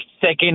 second